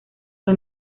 fue